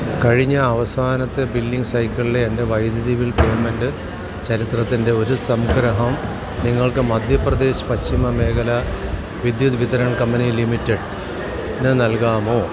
കഴിഞ്ഞ അവസാനത്തെ ബില്ലിംഗ് സൈക്കിളിലെ എൻ്റെ വൈദ്യുതി ബിൽ പേയ്മെൻ്റ് ചരിത്രത്തിൻ്റെ ഒരു സംഗ്രഹം നിങ്ങൾക്ക് മധ്യപ്രദേശ് പശ്ചിമ മേഖല വിദ്യുത് വിതരൺ കമ്പനി ലിമിറ്റഡ് ന് നൽകാമോ